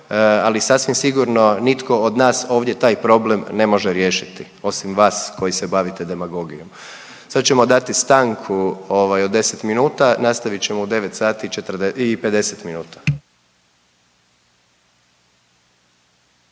ali sasvim sigurno nitko od nas ovdje taj problem ne može riješiti osim vas koji se bavite demagogijom. Sad ćemo dati stanku od 10 minuta, nastavit ćemo u 9 sati i 50 minuta.